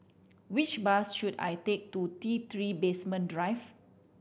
which bus should I take to T Three Basement Drive